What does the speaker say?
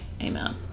amen